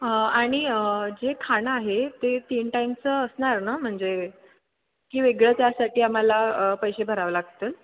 आणि जे खाणं आहे ते तीन टाईमचं असणार ना म्हणजे की वेगळं त्यासाठी आम्हाला पैसे भरावं लागतील